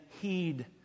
heed